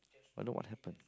but look what happen